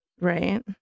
right